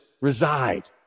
reside